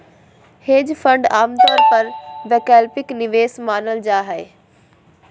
hedge fund आमतौर पर वैकल्पिक निवेश मानल जा हय